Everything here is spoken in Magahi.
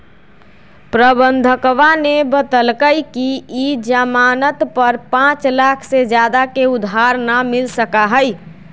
प्रबंधकवा ने बतल कई कि ई ज़ामानत पर पाँच लाख से ज्यादा के उधार ना मिल सका हई